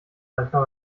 manchmal